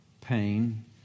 Pain